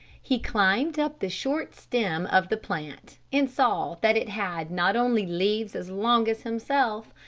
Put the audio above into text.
he climbed up the short stem of the plant and saw that it had not only leaves as long as himself,